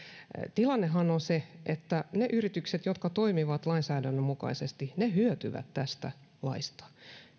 tilannehan on on se että ne yritykset jotka toimivat lainsäädännön mukaisesti hyötyvät tästä laista